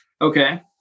Okay